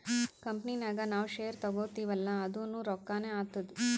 company ನಾಗ್ ನಾವ್ share ತಗೋತಿವ್ ಅಲ್ಲಾ ಅದುನೂ ರೊಕ್ಕಾನೆ ಆತ್ತುದ್